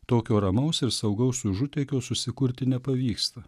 tokio ramaus ir saugaus užutėkio susikurti nepavyksta